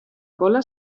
cola